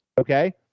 okay